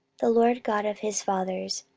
the lord god of his fathers,